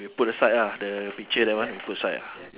we put aside ya the picture that one we put aside ya